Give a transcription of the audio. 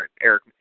Eric